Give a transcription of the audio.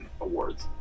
awards